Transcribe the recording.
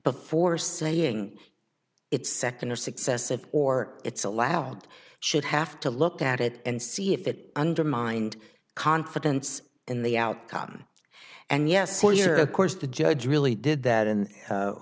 before saying it's second or successive or it's allowed should have to look at it and see if it undermined confidence in the outcome and yes of course the judge really did that and